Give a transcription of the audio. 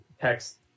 text